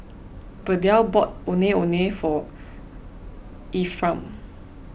Verdell bought Ondeh Ondeh for Ephram